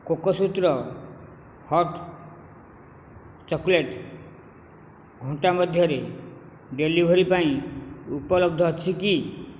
କୋକୋସୂତ୍ର hot chocolate ଘଣ୍ଟାମଧ୍ୟରେ delivery ପାଇଁ ଉପଲବ୍ଧ ଅଛି କି